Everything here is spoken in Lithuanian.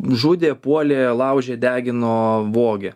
žudė puolė laužė degino vogė